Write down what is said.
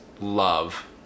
love